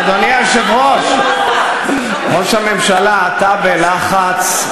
אדוני היושב-ראש, ראש הממשלה, אתה בלחץ.